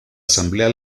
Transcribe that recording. asamblea